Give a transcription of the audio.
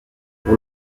pour